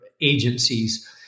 agencies